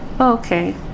okay